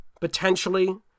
potentially